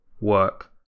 work